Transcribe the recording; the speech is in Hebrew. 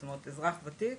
כלומר, אזרח ותיק